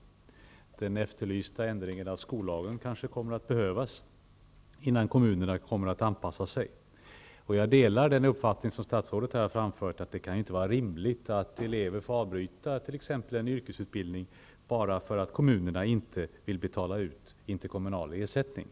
Den efterlysta ändringen av skollagen kanske kommer att behövas för att kommunerna skall anpassa sig. Jag delar den uppfattning som statsrådet här framför att det inte kan vara rimligt att elever får avbryta exemepelvis en yrkesutbildning, bara därför att kommunerna inte vill betala ut interkommunala ersättningar.